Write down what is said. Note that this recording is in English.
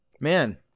Man